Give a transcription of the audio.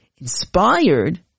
inspired